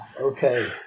Okay